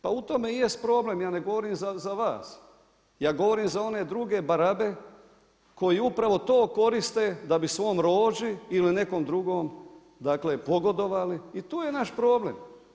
Pa u tome i jest problem, ja ne govorim za vas, ja govorim za one druge barabe koji upravo to koriste da bi svom rođi ili nekom drugom dakle pogodovali i tu je naš problem.